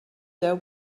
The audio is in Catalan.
deu